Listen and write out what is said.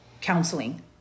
counseling